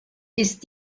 ist